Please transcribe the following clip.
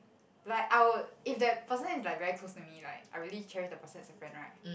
like I'd if that person is like very close to me like I really cherish that person as a friend right